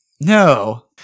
No